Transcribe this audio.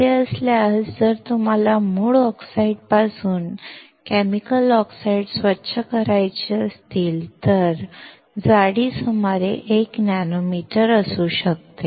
असे असल्यास जर तुम्हाला मूळ ऑक्साईड्सपासून रासायनिक ऑक्साईड्स स्वच्छ करायचे असतील तर आमची जाडी सुमारे 1 नॅनोमीटर असू शकते